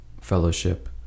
fellowship